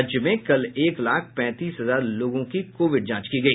राज्य में कल एक लाख पैंतीस हजार लोगों की कोविड जांच की गई